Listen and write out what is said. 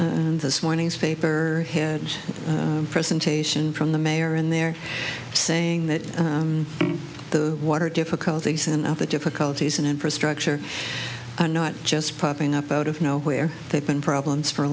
in this morning's paper had a presentation from the mayor and they're saying that the water difficulties and other difficulties in infrastructure are not just popping up out of nowhere they've been problems for a